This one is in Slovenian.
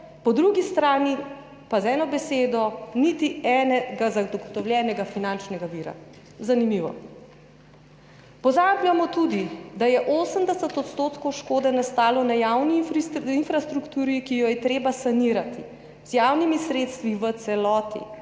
po drugi strani pa z eno besedo niti enega zagotovljenega finančnega vira. Zanimivo. Pozabljamo tudi, da je 80 % škode nastalo na javni infrastrukturi, ki jo je treba sanirati z javnimi sredstvi v celoti.